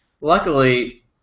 Luckily